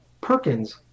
Perkins